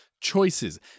choices